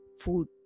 food